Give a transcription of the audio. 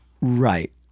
right